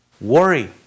worry